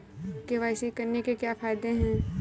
KYC करने के क्या क्या फायदे हैं?